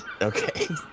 Okay